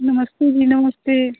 नमस्ते जी नमस्ते